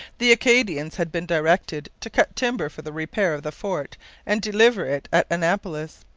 the acadians had been directed to cut timber for the repair of the fort and deliver it at annapolis.